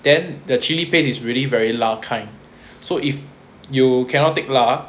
then the chilli paste is really very 辣 kind so if you cannot take 辣